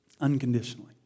unconditionally